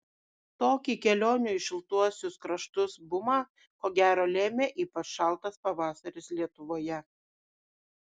tokį kelionių į šiltuosius kraštus bumą ko gero lėmė ypač šaltas pavasaris lietuvoje